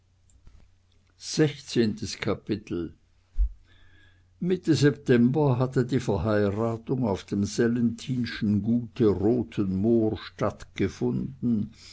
sechzehntes kapitel mitte september hatte die verheiratung auf dem sellenthinschen gute rothenmoor stattgefunden